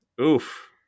Oof